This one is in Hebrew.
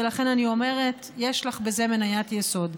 ולכן אני אומרת: יש לך בזה מניית יסוד.